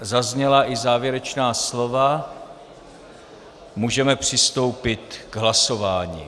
Zazněla i závěrečná slova, můžeme přistoupit k hlasování.